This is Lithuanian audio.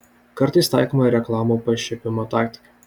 kartais taikoma ir reklamų pašiepimo taktika